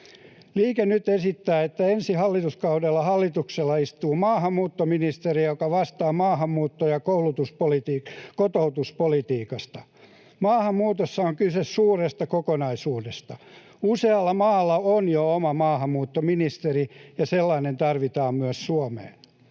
Liike Nyt esittää, että ensi hallituskaudella hallituksessa istuu maahanmuuttoministeri, joka vastaa maahanmuutto- ja kotoutuspolitiikasta. Maahanmuutossa on kyse suuresta kokonaisuudesta. Usealla maalla on jo oma maahanmuuttoministeri, ja sellainen tarvitaan myös Suomeen.